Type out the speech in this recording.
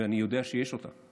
ואני יודע שיש אותה.